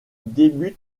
débute